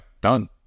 done